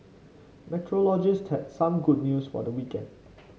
meteorologists had some good news for the weekend